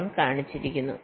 1 കാണിച്ചിരിക്കുന്നു